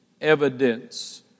evidence